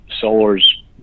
solar's